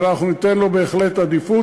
ואנחנו ניתן לו בהחלט עדיפות,